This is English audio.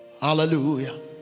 Hallelujah